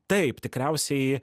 taip tikriausiai